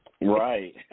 Right